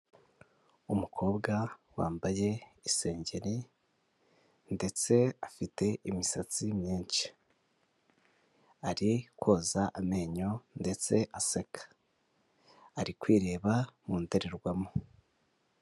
Umukobwa wambaye isengeri ndetse afite imisatsi myinshi, ari koza amenyo ndetse aseka ari kwireba mu ndorerwamo.